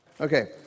Okay